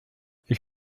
ich